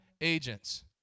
agents